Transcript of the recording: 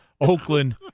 Oakland –